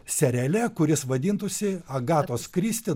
seriale kuris vadintųsi agatos kristi